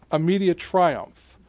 a media triumph.